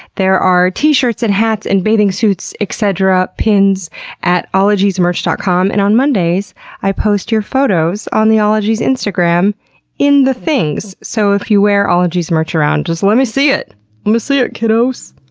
there are t-shirts and hats and bathing suits, etc, pins at ologiesmerch dot com, and on mondays i post your photos on the ologies instagram in the things. so if you wear ologies merch around, just let me see it. let me see it kiddos.